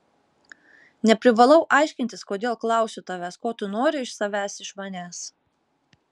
neprivalau aiškintis kodėl klausiu tavęs ko tu nori iš savęs iš manęs